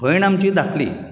भयण आमची धाकली